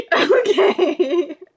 Okay